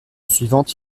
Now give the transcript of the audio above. suivante